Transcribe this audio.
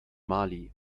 mali